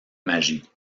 magie